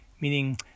Meaning